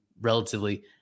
relatively